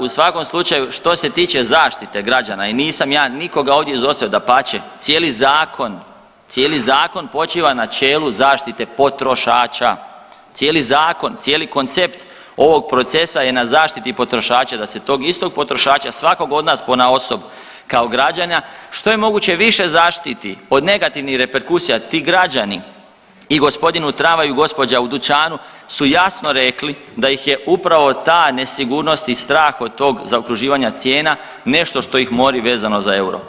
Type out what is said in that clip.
U svakom slučaju što se tiče zaštite građana i nisam ja nikoga ovdje iz … dapače cijeli zakon, cijeli zakon počiva načelu zaštite potrošača, cijeli zakon, cijeli koncept ovog procesa je na zaštiti potrošača da se tog istog potrošača svakog od nas ponaosob kao građana što je moguće više zaštiti od negativnih reperkusija ti građani i gospodin u tramvaju i gospođa u dućanu su jasno rekli da ih je upravo ta nesigurnost i strah od tog zaokruživanja cijena nešto što ih mori vezano za euro.